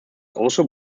also